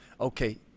Okay